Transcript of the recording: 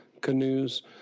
canoes